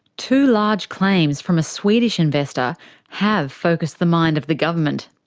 two large claims from a swedish investor have focused the mind of the government.